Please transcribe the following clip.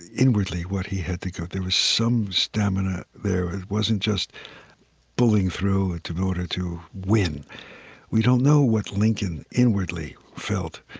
inwardly what he had to go there was some stamina there. it wasn't just bullying through in order to win we don't know what lincoln inwardly felt.